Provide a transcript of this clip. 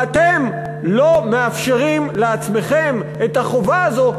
ואתם לא מאפשרים לעצמכם את החובה הזאת,